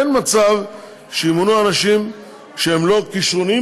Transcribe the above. אין מצב שימונו אנשים שהם לא כישרוניים